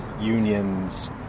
Union's